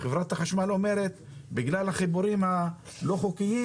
חברת החשמל אומרת שההפסקות האלה מתרחשות בגלל החיבורים הלא חוקיים,